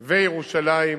וירושלים.